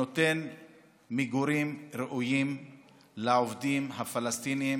שנותן מגורים ראויים לעובדים הפלסטינים